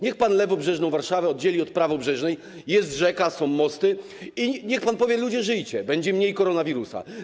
Niech pan lewobrzeżną Warszawę oddzieli od prawobrzeżnej, jest rzeka, są mosty, i niech pan powie: Ludzie, żyjcie, będzie mniej koronawirusa.